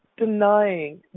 Denying